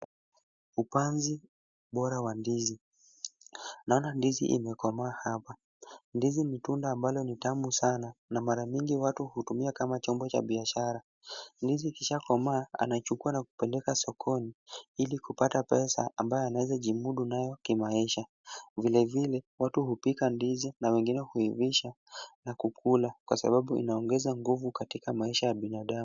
Upanzi bora wa ndizi. Naona ndizi imekomaa hapa. Ndizi ni tunda ambalo ni tamu sana na mara mingi watu hutumia kama chombo cha biashara. Ndizi ikishakomaa anachukua na kupeleka sokoni ili kupata pesa ambayo anaweza jimudu nayo kimaisha. Vilevile watu hupika ndizi na wengine huivisha na kukula kwa sababu inaongeza nguvu katika maisha ya binadamu.